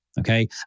Okay